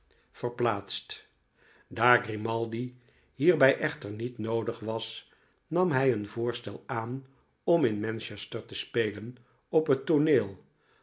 verplaatst daar grimaldi hierbij echter niet noodig was nam hij een voorstel aan om in manchester te spelen op het tooneel